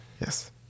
Yes